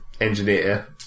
engineer